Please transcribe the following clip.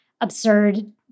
absurd